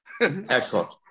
Excellent